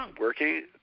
working